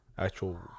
Actual